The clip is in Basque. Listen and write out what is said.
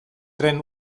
tren